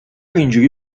اینجوری